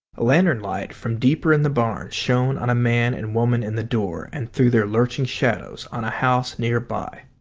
a lantern light from deeper in the barn shone on a man and woman in the door and threw their lurching shadows on a house near by,